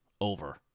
Over